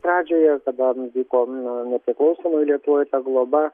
pradžioje kada vyko nepriklausomoj lietuvoj ta globa